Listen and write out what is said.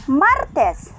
martes